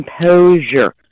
composure